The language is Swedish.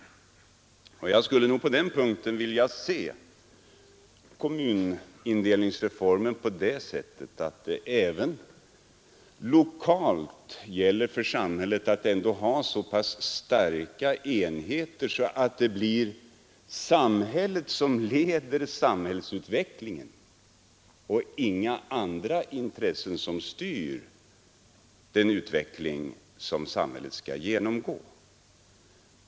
Jag skulle nog på den punkten vilja se kommunindelningsreformen på det sättet, att det även lokalt gäller för samhället att ha så pass starka enheter att det blir samhället som leder utvecklingen och att inte andra intressen styr den utveckling som samhället skall genomgå.